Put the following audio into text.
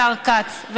השר כץ,